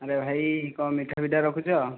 ଆରେ ଭାଇ କ'ଣ ମିଠା ପିଠା ରଖୁଛ